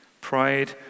Pride